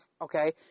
okay